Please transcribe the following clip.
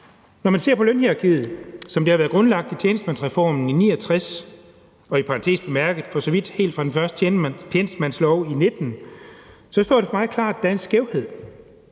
Når man ser på lønhierarkiet, som det blev grundlagt med tjenestemandsreformen i 1969, og i parentes bemærket for så vidt helt tilbage fra den første tjenestemandslov i 1919, står det for mig klart, at der er en skævhed.